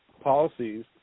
policies